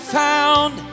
found